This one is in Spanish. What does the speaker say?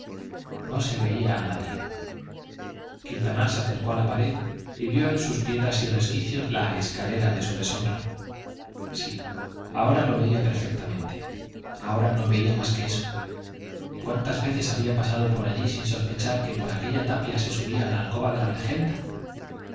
no se veía a nadie quintanar se acercó a la pared y vio en sus piedras y resquicios la escalera de su deshonra sí ahora lo veía perfectamente ahora no veía más que eso y cuántas veces había pasado por allí sin sospechar que por aquella tapia se subía a la alcoba de la regenta